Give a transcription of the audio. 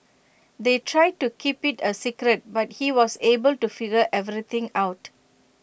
they tried to keep IT A secret but he was able to figure everything out